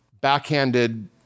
backhanded